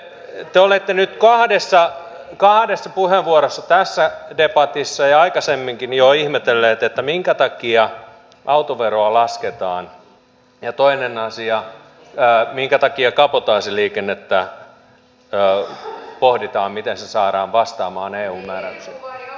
te olette nyt kahdessa puheenvuorossa tässä debatissa ja aikaisemminkin jo ihmetelleet minkä takia autoveroa lasketaan ja toisena asiana minkä takia pohditaan miten kabotaasiliikenne saadaan vastaamaan eu määräyksiä